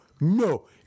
no